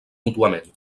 mútuament